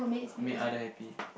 make other happy